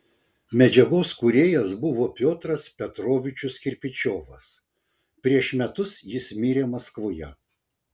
medžiagos kūrėjas buvo piotras petrovičius kirpičiovas prieš metus jis mirė maskvoje